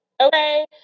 okay